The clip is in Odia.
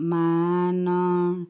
ମାନ